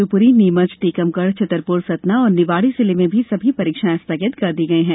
शिवपुरी नीमच टीकमगढ़ छतरपुर सतना और निवाड़ी जिले में भी सभी परीक्षाएं स्थगित कर दी गई है